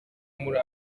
muri